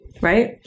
right